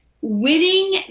winning